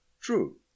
True